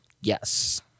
Yes